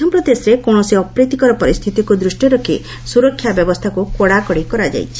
ମଧ୍ୟପ୍ରଦେଶରେ କୌଣସି କୌଣସି ଅପ୍ରୀତକର ପରିସ୍ଥିତିକୁ ଦୃଷ୍ଟିରେ ରଖି ସୁରକ୍ଷା ବ୍ୟବସ୍ଥାକୁ କଡ଼ାକଡ଼ି କରାଯାଇଛି